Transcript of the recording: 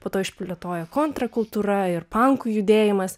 po to išplėtojo kontrkultūra ir pankų judėjimas